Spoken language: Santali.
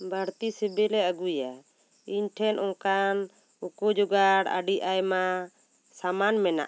ᱵᱟᱹᱲᱛᱤ ᱥᱤᱵᱤᱞᱮ ᱟᱹᱜᱩᱭᱟ ᱤᱧ ᱴᱷᱮᱱ ᱚᱱᱠᱟᱱ ᱩᱠᱩ ᱡᱚᱜᱟᱲ ᱟᱹᱰᱤ ᱟᱭᱢᱟ ᱥᱟᱢᱟᱱ ᱢᱮᱱᱟᱜᱼᱟ